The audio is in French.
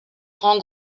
grand